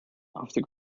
after